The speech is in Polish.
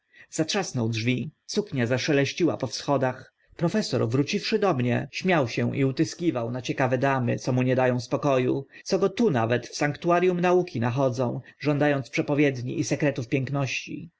zatrzasnął drzwi suknia zaszeleściła po schodach profesor wróciwszy do mnie śmiał się i utyskiwał na ciekawe damy co mu nie da ą spoko u co go tu nawet w sanctuarium nauki nachodzą żąda ąc przepowiedni i sekretów piękności